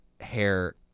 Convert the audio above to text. hair